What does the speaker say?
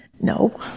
No